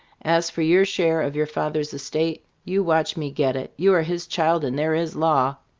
as for your share of your father's estate, you watch me get it! you are his child, and there is law!